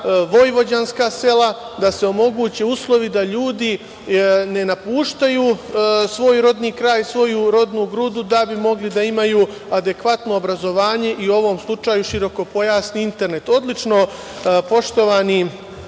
vojvođanska sela, da se omoguće uslovi da ljudi ne napuštaju svoj rodni kraj, svoju rodnu grudu da bi mogli da imaju adekvatno obrazovanje i u ovom slučaju širokopojasni internet. Odlično, poštovani